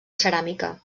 ceràmica